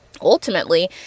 Ultimately